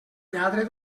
lladre